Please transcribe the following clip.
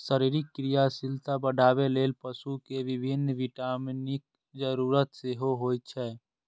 शरीरक क्रियाशीलता बढ़ाबै लेल पशु कें विभिन्न विटामिनक जरूरत सेहो होइ छै